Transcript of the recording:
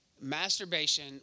Masturbation